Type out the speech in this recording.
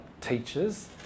teachers